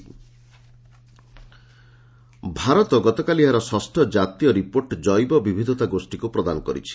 India CBD Bharat ଗତକାଲି ଏହାର ଷଷ୍ଠ ଜାତୀୟ ରିପୋର୍ଟ କ୍ଜୈବ ବିବିଧତା ଗୋଷ୍ଠୀକୁ ପ୍ରଦାନ କରିଛି